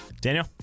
Daniel